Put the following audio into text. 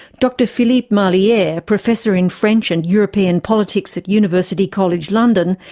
dr philippe marliere, professor in french and european politics at university college london,